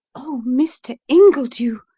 oh, mr. ingledew,